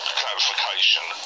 clarification